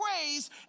praise